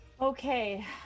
Okay